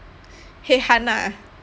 headhunt ah